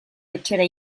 etxera